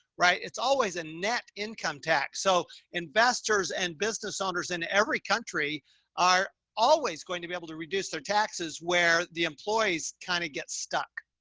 right? it's always a net income tax. so investors and business owners in every country are always going to be able to reduce their taxes where the employees kind of get stuck.